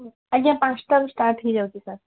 ଆଜ୍ଞା ପାଞ୍ଚଟାରୁ ଷ୍ଟାର୍ଟ ହେଇଯାଉଛି ସାର୍